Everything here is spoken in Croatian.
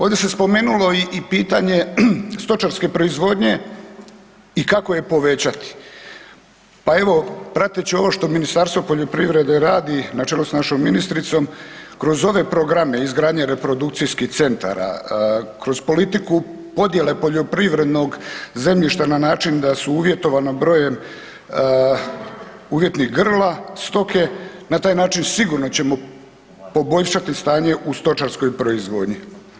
Ovdje se spomenulo i pitanje stočarske proizvodnje i kako je povećati, pa evo prateći ovo što Ministarstvo poljoprivrede radi na čelu s našom ministricom, kroz ove programe izgradnje reprodukcijskih centara, kroz politiku podjele poljoprivrednog zemljišta na način da su uvjetovana brojem uvjetnih grla, stoke na taj način sigurno ćemo poboljšati stanje u stočarskoj proizvodnji.